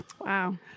Wow